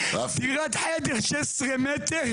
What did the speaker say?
דירת חדר 16 מטר,